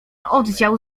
oddział